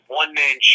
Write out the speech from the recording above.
one-man